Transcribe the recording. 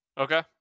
Okay